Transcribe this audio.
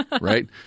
right